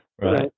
Right